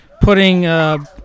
putting